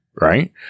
Right